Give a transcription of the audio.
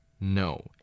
No